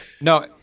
No